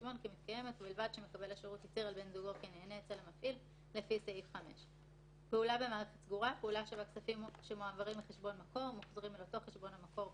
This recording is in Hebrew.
שזה לא יהיה בנסיבות שהן מעלות חשש של סיכון גבוה.